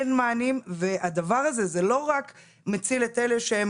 אין מענים והדבר הזה זה לא רק מציל את אלה שהם